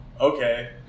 Okay